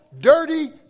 Dirty